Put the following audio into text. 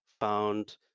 found